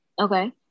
Okay